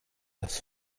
das